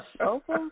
Okay